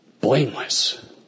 blameless